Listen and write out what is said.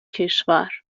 کشور